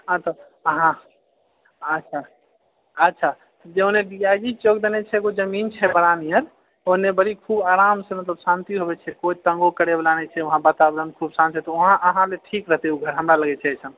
अच्छा अहाँ अच्छा अच्छा जौने डीआइजी चौक दने छै एगो जमीन छै बड़ा निअर ओने बरीखूब आरामसँ मतलब शान्ति रहै छै कोइ तंगो करै वला नहि छै वहाँ वातावरण खूब शान्त छै वहाँ अहाँ लेल ठीक रहतै ओ घर हमरा लगै छै अइसन